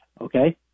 okay